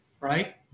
right